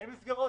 אין מסגרות,